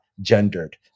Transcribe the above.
gendered